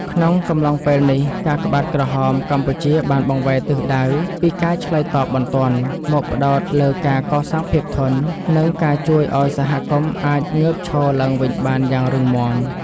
ក្នុងកំឡុងពេលនេះ កាកបាទក្រហមកម្ពុជាបានបង្វែរទិសដៅពីការឆ្លើយតបបន្ទាន់ មកផ្ដោតលើការកសាងភាពធន់ និងការជួយឱ្យសហគមន៍អាចងើបឈរឡើងវិញបានយ៉ាងរឹងមាំ។